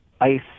ICE